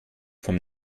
vom